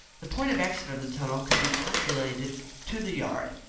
the point of exit of the tunnel could be calculated to the yard.